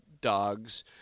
dogs